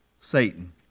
Satan